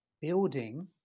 building